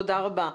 תודה רבה.